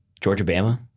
Georgia-Bama